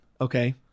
Okay